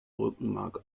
rückenmark